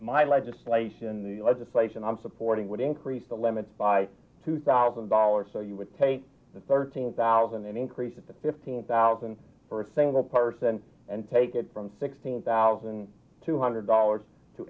my legislation the legislation i'm supporting would increase the limits by two thousand dollars so you would take the thirteen thousand increase at the fifteen thousand for a single person and take it from sixteen thousand two hundred dollars to